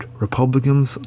Republicans